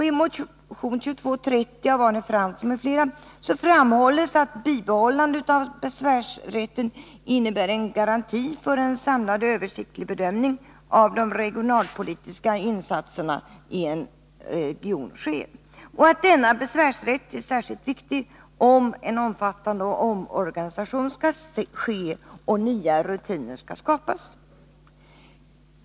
I motion 2230 av Arne Fransson m.fl. framhålls att bibehållande av besvärsrätten innebär en garanti för att en samlad, översiktlig bedömning av de regionalpolitiska insatserna i en region sker och att denna besvärsrätt är särskilt viktig om en omfattande omorganisation skall ske och nya rutiner skapas.